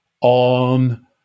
on